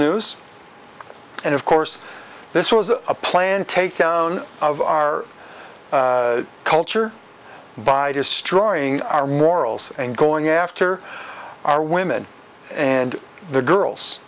news and of course this was a planned takedown of our culture by destroying our morals and going after our women and the girls